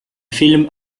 film